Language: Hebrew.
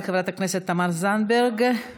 חבר הכנסת אורן חזן, נא לא